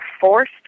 forced